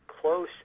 close